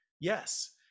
yes